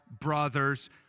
brothers